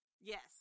Yes